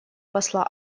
посла